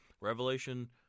Revelation